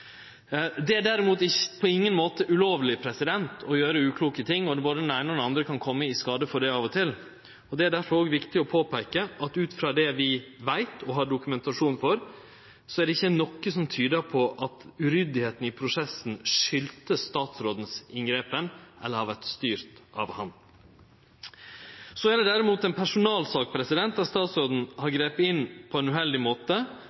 Det er derimot på ingen måte ulovleg å gjere ukloke ting – både den eine og den andre kan kome i skade for å gjere det av og til. Det er difor òg viktig å påpeike at ut frå det vi veit og har dokumentasjon på, er det ikkje noko som tyder på at det at ein var uryddig i prosessen, kom av at statsråden greip inn, eller at dette har vore styrt av han. Det er derimot ei personalsak at statsråden har gripe inn på ein uheldig måte,